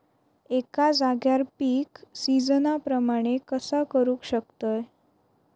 एका जाग्यार पीक सिजना प्रमाणे कसा करुक शकतय?